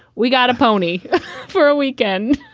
we got a pony for a weekend.